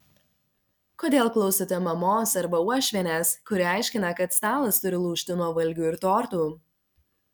kodėl klausote mamos arba uošvienės kuri aiškina kad stalas turi lūžti nuo valgių ir tortų